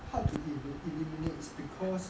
hard to e~ do eliminate is because